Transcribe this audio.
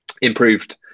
improved